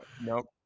Nope